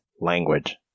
language